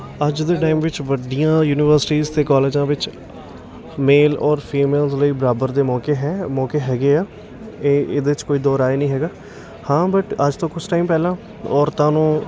ਅੱਜ ਦੇ ਟਾਈਮ ਵਿੱਚ ਵੱਡੀਆਂ ਯੂਨੀਵਰਸਿਟੀਜ਼ ਅਤੇ ਕੋਲਜਾਂ ਵਿੱਚ ਮੇਲ ਔਰ ਫੀਮੇਲਜ਼ ਲਈ ਬਰਾਬਰ ਦੇ ਮੌਕੇ ਹੈ ਮੌਕੇ ਹੈਗੇ ਆ ਇਹ ਇਹਦੇ 'ਚ ਕੋਈ ਦੋ ਰਾਹ ਨਹੀਂ ਹੈਗਾ ਹਾਂ ਬਟ ਅੱਜ ਤੋਂ ਕੁਛ ਟਾਈਮ ਪਹਿਲਾਂ ਔਰਤਾਂ ਨੂੰ